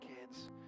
kids